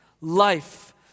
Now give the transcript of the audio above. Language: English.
life